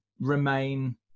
remain